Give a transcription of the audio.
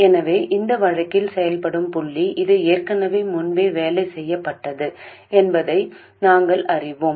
எனவே இந்த வழக்கில் செயல்படும் புள்ளி இது ஏற்கனவே முன்பே வேலை செய்யப்பட்டது என்பதை நாங்கள் அறிவோம்